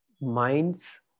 mind's